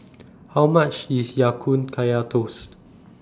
How much IS Ya Kun Kaya Toast